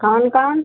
कौन कौन